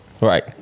Right